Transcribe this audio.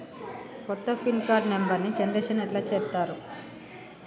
కొత్త pin card నెంబర్ని generation ఎట్లా చేత్తరు?